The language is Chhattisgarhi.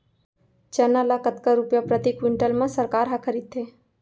चना ल कतका रुपिया प्रति क्विंटल म सरकार ह खरीदथे?